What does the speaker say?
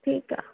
ठीकु आहे